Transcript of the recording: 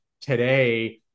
today